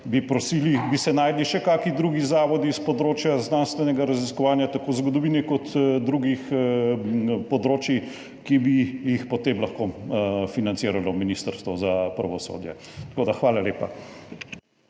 bi se našli še kakšni drugi zavodi s področja znanstvenega raziskovanja, tako zgodovine kot drugih področij, ki bi jih potem lahko financiralo Ministrstvo za pravosodje. Tako da hvala lepa.